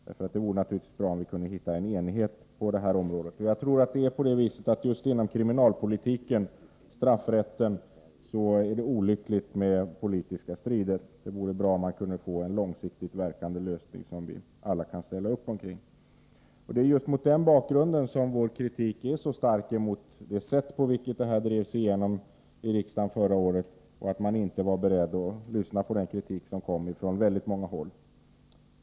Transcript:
Det vore naturligtvis bra om vi kunde nå enighet på det här området. Jag tror att det just inom kriminalpolitiken, inom straffrätten, är olyckligt med politiska strider. Det vore bra om vi kunde åstadkomma en långsiktigt verkande lösning som vi alla kunde ställa upp omkring. Det är just mot den bakgrunden som vi från vårt håll riktar så stark kritik mot det sätt på vilket det ifrågavarande förslaget drevs igenom i riksdagen förra året, och att man inte var beredd att lyssna på de invändningar som gjordes från väldigt många håll.